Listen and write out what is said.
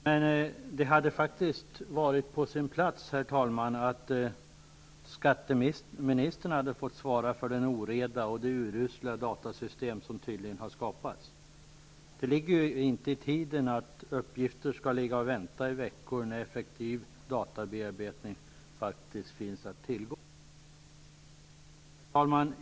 Men, herr talman, det hade faktiskt varit på sin plats att skatteministern hade fått svara för den oreda och det urusla datasystem som tydligen har skapats. Det ligger inte i tiden att uppgifter skall ligga och vänta i veckor när effektiv databearbetning finns att tillgå. Herr talman!